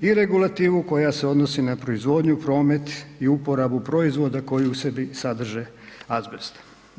i regulativu koja se odnosi na proizvodnju, promet i uporabu proizvoda koji u sebi sadrže azbest.